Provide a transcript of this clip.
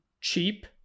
cheap